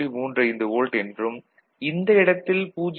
35 volt என்றும் இந்த இடத்தில் 0